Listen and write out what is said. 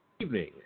evening